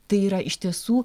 tai yra iš tiesų